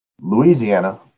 Louisiana